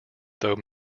though